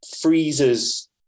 freezes